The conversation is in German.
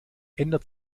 ändert